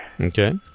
Okay